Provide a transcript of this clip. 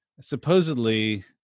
supposedly